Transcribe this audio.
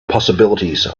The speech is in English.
possibilities